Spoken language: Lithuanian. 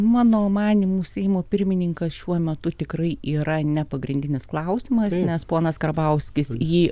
mano manymu seimo pirmininkas šiuo metu tikrai yra ne pagrindinis klausimas nes ponas karbauskis jį